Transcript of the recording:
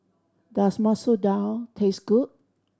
does Masoor Dal taste good